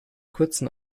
kurzen